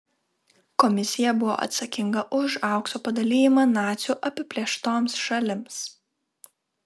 komisija buvo atsakinga už aukso padalijimą nacių apiplėštoms šalims